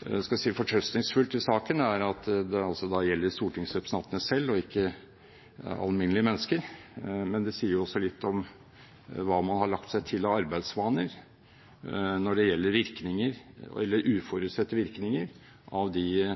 skal vi si, fortrøstningsfullt i saken, er at det gjelder stortingsrepresentantene selv, og ikke alminnelige mennesker. Men det sier også litt om hva man har lagt seg til av arbeidsvaner når det gjelder virkninger – eller uforutsette virkninger – av de